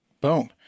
boom